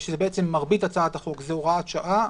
מרבית הצעת החוק זה הוראת שעה,